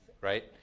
right